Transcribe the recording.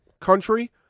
country